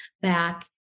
back